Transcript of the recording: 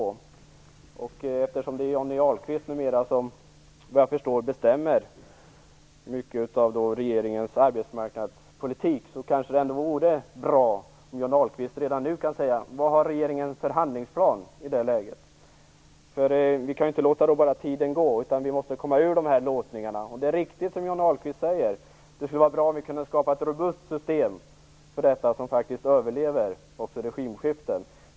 Vad jag förstår är det numera Johnny Ahlqvist som bestämmer mycket av regeringens arbetsmarknadspolitik. Därför vore det kanske bra om Johnny Ahlqvist redan nu kan säga vad regeringen har för handlingsplan i det läget. Vi kan inte bara låta tiden gå. Vi måste komma ur dessa låsningar. Det är riktigt som Johnny Ahlqvist säger att det skulle vara bra om vi kunde skapa ett robust system för detta som också överlever regimskiften.